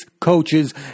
coaches